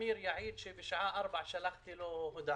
וטמיר כהן יעיד שבשעה 4 בלילה שלחתי לו הודעה.